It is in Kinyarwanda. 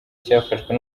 cyafashwe